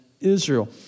Israel